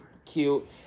cute